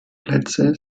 plätze